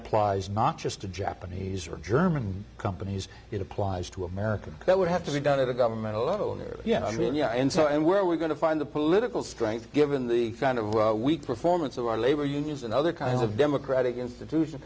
applies not just to japanese or german companies it applies to america that would have to be done at a governmental level in there yeah yeah and so and where we're going to find the political strength given the kind of weak performance of our labor unions and other kinds of democratic institution